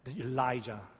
Elijah